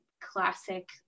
classic